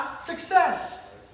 success